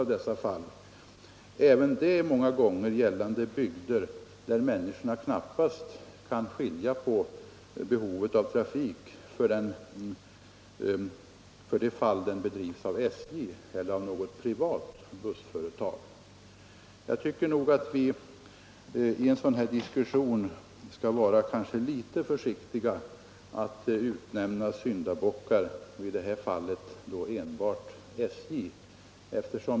Även den här trafiken bedrivs i många fall i bygder där människorna knappast kan skilja på om det är SJ eller något privat bussföretag som bedriver den. I sådana här diskussioner skall vi kanske vara litet försiktiga med att utnämna syndabockar — i det här fallet enbart SJ.